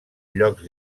llocs